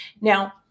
Now